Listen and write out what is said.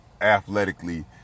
athletically